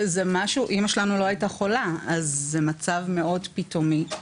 אימא שלנו לא הייתה חולה וזה מצב מאוד פתאומי,